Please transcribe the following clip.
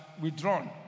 withdrawn